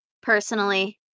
Personally